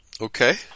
Okay